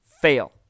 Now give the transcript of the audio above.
Fail